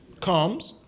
comes